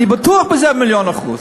אני בטוח בזה במיליון אחוז.